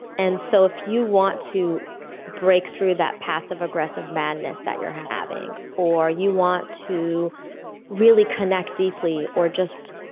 and so if you want to break through that passive aggressive madness that you're having or you want to really connect deeply, or just